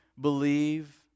believe